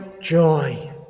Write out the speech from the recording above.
joy